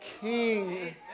King